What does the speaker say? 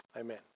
Amen